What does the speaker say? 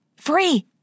Free